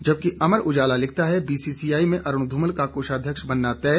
जबकि अमर उजाला लिखता है बीसीबीआई में अरूण ध्रमल का कोषाध्यक्ष बनना तय